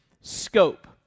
scope